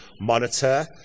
monitor